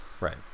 right